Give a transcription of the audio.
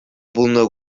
пулнӑ